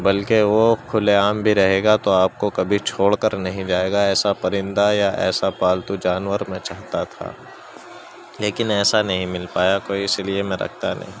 بلکہ وہ کھلے عام بھی رہے گا تو آپ کو کبھی چھوڑ کر نہیں جائے گا ایسا پرندہ یا ایسا پالتو جانور میں چاہتا تھا لیکن ایسا نہیں مل پایا کوئی اس لیے میں رکھتا نہیں